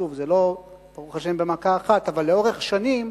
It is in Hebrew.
שוב, ברוך השם, זה לא במכה אחת, אבל לאורך השנים,